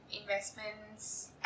investments